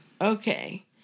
Okay